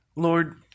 Lord